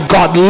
God